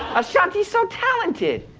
ashanti's so talented,